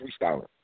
freestyling